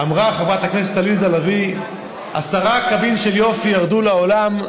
אמרה חברת הכנסת עליזה לביא: עשרה קבין של יופי ירדו לעולם,